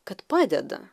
kad padeda